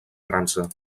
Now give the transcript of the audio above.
frança